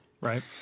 Right